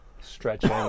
stretching